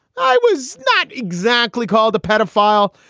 i was not exactly called a pedophile,